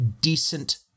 decent